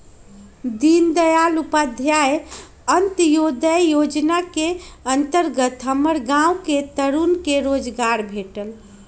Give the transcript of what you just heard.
दीनदयाल उपाध्याय अंत्योदय जोजना के अंतर्गत हमर गांव के तरुन के रोजगार भेटल